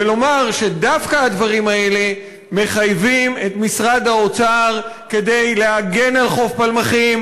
ולומר שדווקא הדברים האלה מחייבים את משרד האוצר להגן על חוף פלמחים,